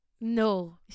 No